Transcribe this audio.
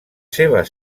seves